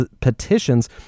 petitions